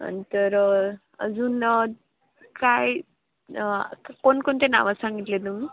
नंतर अजून काय कोणकोणते नावं सांगितले तुम्ही